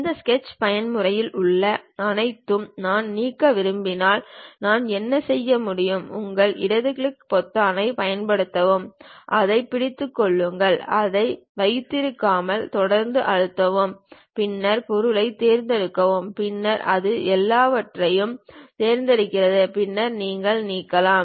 இந்த ஸ்கெட்ச் பயன்முறையில் உள்ள அனைத்தையும் நான் நீக்க விரும்பினால் நான் என்ன செய்ய முடியும் உங்கள் இடது கிளிக் பொத்தானைப் பயன்படுத்தவும் அதைப் பிடித்துக் கொள்ளுங்கள் அதை வைத்திருக்காமல் தொடர்ந்து அழுத்தவும் பின்னர் பொருளைத் தேர்ந்தெடுக்கவும் பின்னர் அது எல்லாவற்றையும் தேர்ந்தெடுக்கிறது பின்னர் நீங்கள் நீக்கலாம்